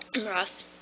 Ross